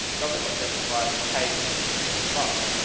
does it identify, hey, this is a picture of a bus.